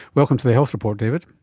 welcome to the health report david.